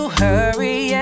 hurry